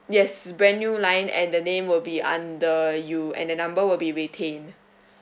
yes brand new line and the name will be under you and the number will be be retained